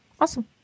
Awesome